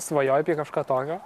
svajoji apie kažką tokio